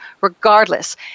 regardless